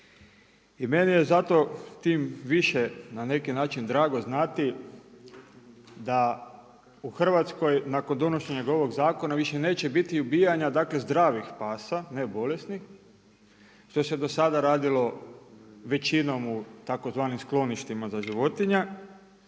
I meni je zato tim više na neki način drago znati da u Hrvatskoj nakon donošenja ovog zakona više neće biti ubijanja zdravih pasa, ne bolesnih, što se do sada radilo većinom u tzv. skloništima za životinje